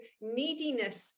neediness